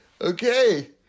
Okay